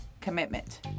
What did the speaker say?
Commitment